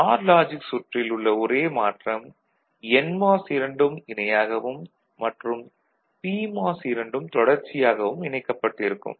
நார் லாஜிக் சுற்றில் உள்ள ஒரே மாற்றம் என்மாஸ் இரண்டும் இணையாகவும் மற்றும் பிமாஸ் இரண்டும் தொடர்ச்சியாகவும் இணைக்கப்பட்டிருக்கும்